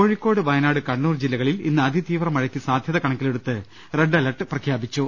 കോഴിക്കോട് വയനാട് കണ്ണൂർ ജില്ലകളിൽ ഇന്ന് അതിതീവ്ര മഴയ്ക്ക് സാധ്യത കണക്കിലെടുത്ത് റെഡ് അലർട്ട് പ്രഖ്യാപിച്ചു